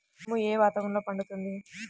మినుము ఏ వాతావరణంలో పండుతుంది?